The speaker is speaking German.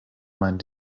meinen